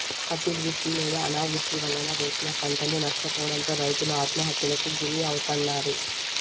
అతివృష్టి లేదా అనావృష్టి వలన వేసిన పంటలు నష్టపోవడంతో రైతులు ఆత్మహత్యలకు గురి అవుతన్నారు